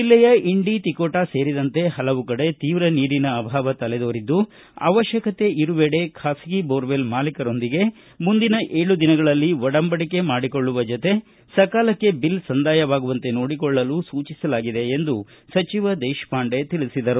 ಜಿಲ್ಲೆಯ ಇಂಡಿ ತಿಕೋಟಾ ಸೇರಿದಂತೆ ಹಲವು ಕಡೆ ತೀವ್ರ ನೀರಿನ ಅಭಾವ ತಲೆದೋರಿದ್ದು ಅವಶ್ವಕತೆ ಇರುವ ಖಾಸಗಿ ಬೊರವೆಲ್ ಮಾಲೀಕರೊಂದಿಗೆ ಮುಂದಿನ ಏಳು ದಿನಗಳಲ್ಲಿ ಒಡಂಬಡಿಕೆ ಮಾಡಿಕೊಳ್ಳುವ ಜತೆ ಸಕಾಲಕ್ಷ ಬಿಲ್ ಸಂದಾಯವಾಗುವಂತೆ ನೋಡಿಕೊಳ್ಳಲು ಸೂಚಿಸಲಾಗಿದೆ ಎಂದು ಸಚಿವ ದೇಶಪಾಂಡೆ ಹೇಳದರು